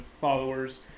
followers